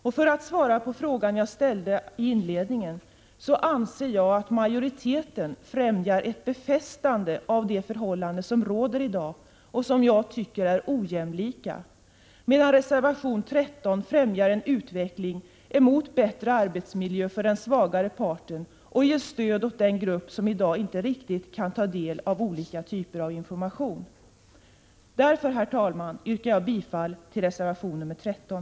Och för att svara på frågan som jag ställde i inledningen så anser jag att majoriteten främjar ett befästande av de förhållanden som råder i dag och som jag tycker är ojämlika, medan reservation 13 främjar en utveckling emot bättre arbetsmiljö för den svagare parten och ger stöd åt den grupp som i dag inte riktigt kan ta del av olika typer av information. Därför, herr talman, yrkar jag bifall till reservation nr 13.